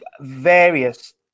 various